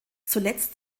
zuletzt